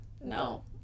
No